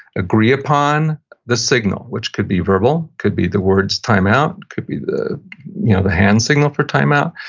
agree upon the signal, which could be verbal, could be the words time-out, could be the you know the hand signal for time-out,